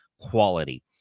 quality